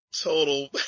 Total